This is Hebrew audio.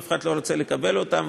אף אחד לא רוצה לקבל אותם,